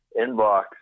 inbox